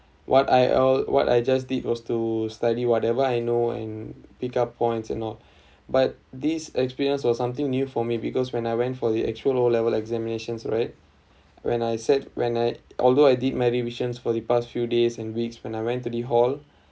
what I all what I just did was to study whatever I know and pick up points and all but these experience was something new for me because when I went for the actual O level examinations right when I said when I although I did my revisions for the past few days and weeks when I went to the hall